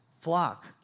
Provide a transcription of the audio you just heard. flock